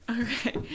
Okay